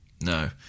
No